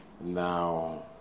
Now